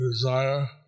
desire